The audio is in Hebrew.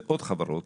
ועוד חברות